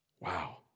Wow